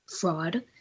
fraud